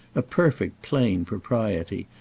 a perfect plain propriety,